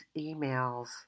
emails